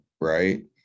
right